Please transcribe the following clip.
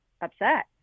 upset